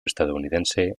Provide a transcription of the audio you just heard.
estadounidense